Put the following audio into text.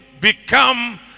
become